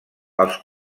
els